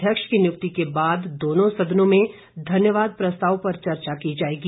अध्यक्ष की नियुक्ति के बाद दोनों सदनों में धन्यवाद प्रस्ताव पर चर्चा की जाएगी